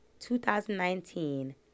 2019